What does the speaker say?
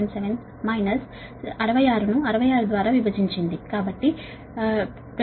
9877 minus 66 ను 66 ద్వారా విభజించింది కాబట్టి 25